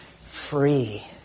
free